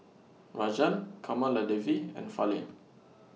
Rajan Kamaladevi and Fali